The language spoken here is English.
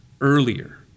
earlier